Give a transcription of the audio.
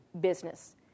business